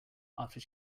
after